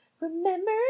Remember